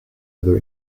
either